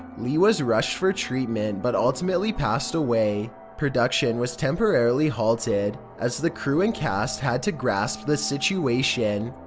lee was rushed for treatment but ultimately passed away. production was temporarily halted as the crew and cast had to grasp the situation.